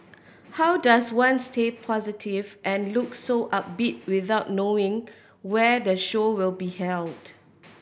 how does one stay positive and look so upbeat without knowing where the show will be held